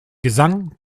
gesang